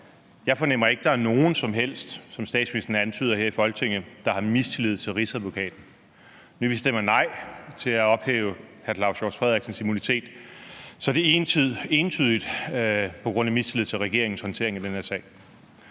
fornemmer jeg ikke, at der er nogen som helst her i Folketinget, der, som statsministeren antyder, har mistillid til Rigsadvokaten. Når vi stemmer nej til at ophæve hr. Claus Hjort Frederiksens immunitet, er det entydigt på grund af mistillid til regeringens håndtering af den her sag.